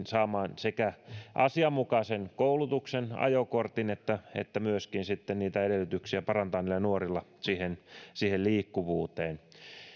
saamaan sekä asianmukaisen koulutuksen ajokortin että että myöskin sitten edellytyksiä parantaa nuorilla liikkuvuutta